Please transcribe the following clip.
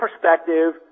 perspective